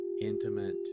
intimate